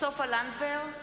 סופה לנדבר,